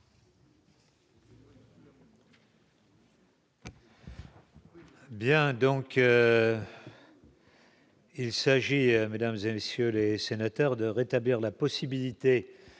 Bien donc. Il s'agit, mesdames et messieurs les sénateurs, de rétablir la possibilité